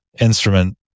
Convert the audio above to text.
instrument